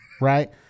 Right